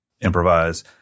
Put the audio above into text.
improvise